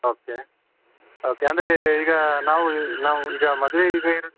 okay okay ಅಂದರೆ ಈಗ ನಾವು ನಾವು ಈಗ ಮದುವೆ ಈಗ ಇರೋದು